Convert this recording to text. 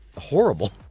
horrible